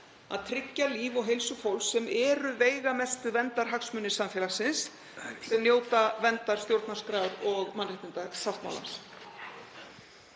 að tryggja líf og heilsu fólks sem eru veigamestu verndarhagsmunir samfélagsins sem njóta verndar stjórnarskrár og mannréttindasáttmálans.